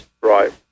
Right